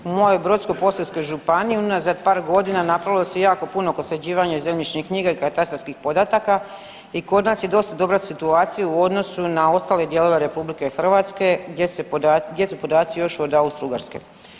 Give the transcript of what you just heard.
U mojoj Brodsko-posavskoj županiji unazad par godina napravilo se jako puno oko sređivanja zemljišnih knjiga i katastarskih podataka i kod nas je dosta dobra situacija u odnosu na ostale dijelove RH gdje su podaci još od Austro-Ugarske.